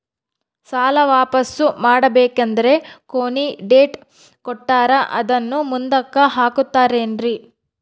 ಸಾಲ ವಾಪಾಸ್ಸು ಮಾಡಬೇಕಂದರೆ ಕೊನಿ ಡೇಟ್ ಕೊಟ್ಟಾರ ಅದನ್ನು ಮುಂದುಕ್ಕ ಹಾಕುತ್ತಾರೇನ್ರಿ?